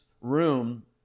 room